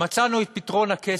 מצאנו את פתרון הקסם,